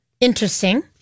interesting